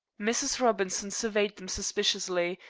mrs. robinson surveyed them suspiciously,